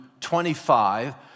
25